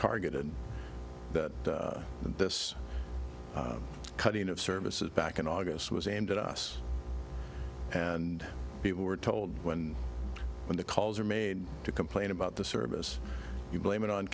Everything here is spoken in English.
targeted that this cutting of services back in august was aimed at us and people were told when when the calls are made to complain about the service you blame it on